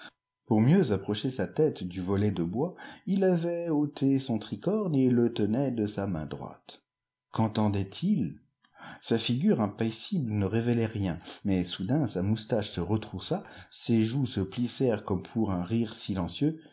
pour mieux approcher sa tête du volet de bois il avait ôté son tricorne et le tenait de sa main droite qucntendait il sa figure impassible ne révélait rien mais soudam sa moustache se retroussa ses joues se plissèrent comme pour un rire silencieux